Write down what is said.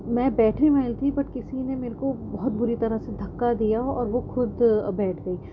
میں بیٹھی ہوئیں تھی پر کسی نے میرے کو بہت بری طرح سے دھکا دیا اور وہ کھود بیٹھ گئی